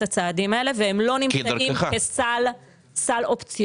הצעדים האלה והם לא נמצאים כסל אופציונלי.